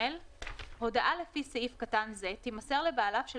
(ג)הודעה לפי סעיף זה תימסר לבעליו של